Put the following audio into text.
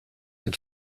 dem